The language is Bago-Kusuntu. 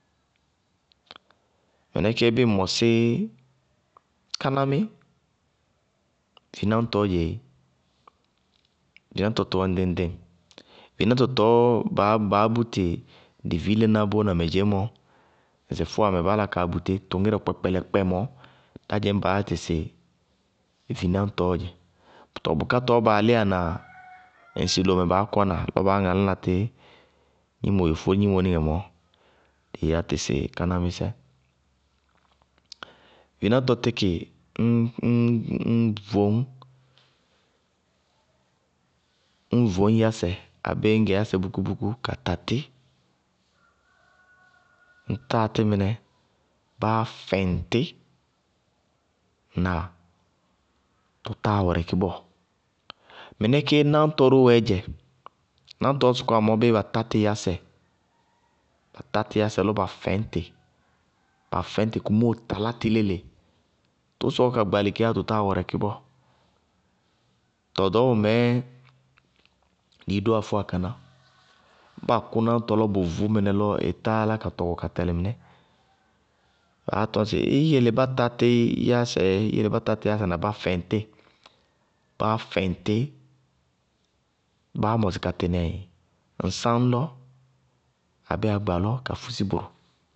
Minɛ kéé bíɩ ŋ mɔsí kánámí, vináñtɔɔ dzɛé, vináñtɔ tʋwɛ ŋɖɩŋ-ŋɖɩŋ. vináñtɔ tɔɔ baá bú tɩ dɩ liílená mɛ dzeémɔ, ŋsɩ fʋwamɛ báá la kaa bu tí tʋ ŋírɛ wɛ kpɛkpɛɩɛkpɛ mɔɔ, dá dɩñ baá yá tɩ sɩ vináñtɔɔ dzɛ, tɔɔ bʋká tɔɔ baa líyána ŋsɩ lomɛ baá kɔna lɔ baá ŋalána gnimo yofó gnimonɩŋɛ mɔɔ, dɩí yá tɩ sɩ kánámísɛ. Vináñtɔ tíkɩ ñ voñ yásɛ abéé ñ gɛ yásɛ búkú-búkú kata tí, ñ táa tí mɩnɛ báá fɛŋ tí. Tʋ táa wɛrɛkɩ bɔɔ. Ŋnáa? Mɩnɛ kéé náŋtɔ ró wɛɛdzɛ. Náŋtɔɔ sɔkɔwá mɔɔ bíɩ ba tá tí yásɛ lɔ ba fɛñ tɩ komóo talá tɩ léle, tʋʋ sɔkɔ ka gbalɩ kéé yá, tʋ táa wɛrɛkɩ bɔɔ. Tɔɔ ɖɔɔbɔ mɛɛ dɩɩ dówá fʋwa ñŋ ba kʋ náŋtɔ bʋ vʋ lɔ ɩ tá yálá ka tɔkɔ ka tɛlɩ mɩnɛ, baá tɔŋ sɩ ɩ yele bá ta tí yásɛ ma bá fɛŋ tí, báá mɔsɩ ka tɩnɩ ŋsáñ lɔ abéé agba lɔ, ka fúsi bʋrʋ.